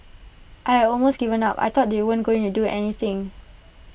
I had almost given up I thought they weren't going to do anything